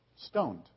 Stoned